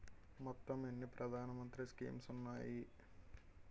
మొత్తం ఎన్ని ప్రధాన మంత్రి స్కీమ్స్ ఉన్నాయి?